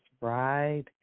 right